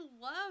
love